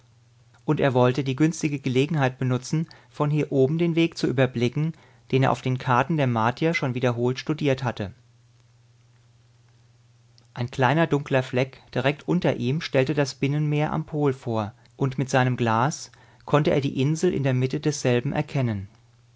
und er wollte die günstige gelegenheit benutzen von hier oben den weg zu überblicken den er auf den karten der martier schon wiederholt studiert hatte ein kleiner dunkler fleck direkt unter ihm stellte das binnenmeer am pol vor und mit seinem glas konnte er die insel in der mitte desselben erkennen